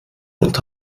und